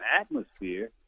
atmosphere